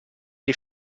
dei